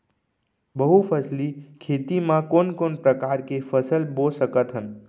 बहुफसली खेती मा कोन कोन प्रकार के फसल बो सकत हन?